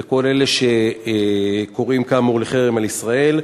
וכל אלה שקוראים כאמור לחרם על ישראל.